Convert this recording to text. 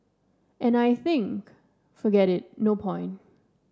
and I think forget it no point